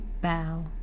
bow